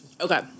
Okay